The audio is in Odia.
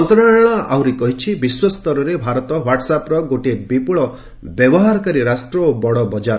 ମନ୍ତ୍ରଣାଳୟ କହିଛି ବିଶ୍ୱସ୍ତରରେ ଭାରତ ହ୍ୱାଟସଆପ୍ର ଗୋଟିଏ ବିପୁଳ ବ୍ୟବହାରକାରୀ ରାଷ୍ଟ୍ର ଓ ବଡ଼ ବଜାର